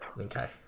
Okay